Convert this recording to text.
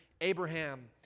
Abraham